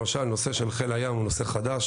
למשל הנושא של חיל היום הוא נושא חדש,